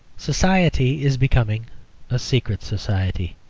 society is becoming a secret society.